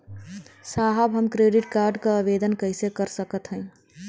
साहब हम credit card क आवेदन कइसे कर सकत हई?